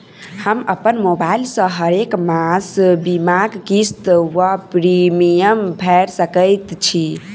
हम अप्पन मोबाइल सँ हरेक मास बीमाक किस्त वा प्रिमियम भैर सकैत छी?